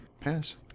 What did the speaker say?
Pass